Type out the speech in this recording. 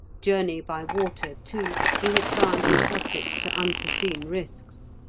journey by water, too, he had found was subject to unforeseen risks.